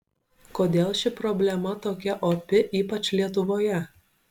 kodėl ši problema tokia opi ypač lietuvoje